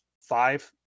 five